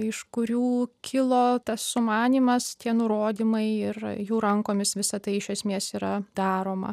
iš kurių kilo tas sumanymas tie nurodymai ir jų rankomis visa tai iš esmės yra daroma